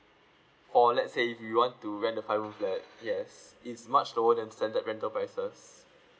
for let's say if you want to rent a five room flat yes it's much lower than the standard rental prices